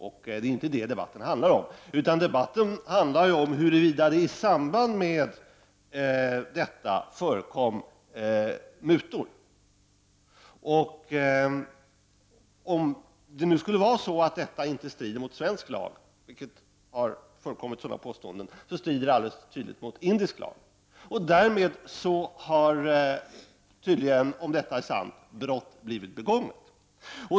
Men det är inte det som debatten handlar om, utan debatten handlar om huruvida det i samband med detta förekom mutor. Om det skulle vara så, att detta inte strider mot svensk lag — sådana påståenden har ju förekommit — strider det i varje fall alldeles tydligt mot indisk lag. Om detta är sant, har tydligen brott begåtts.